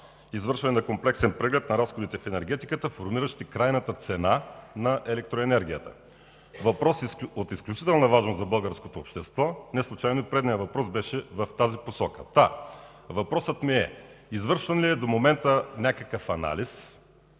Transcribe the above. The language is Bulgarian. „Извършване на комплексен преглед на разходите в енергетиката, формиращи крайната цена на електроенергията” – въпрос от изключителна важност за българското общество. Неслучайно и предният въпрос беше в тази посока. Та, въпросът ми е: извършван ли е до момента някакъв анализ,